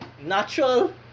natural